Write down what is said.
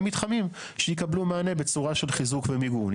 מתחמים שיקבלו מענה בצורה של חיזוק ומיגון.